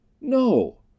No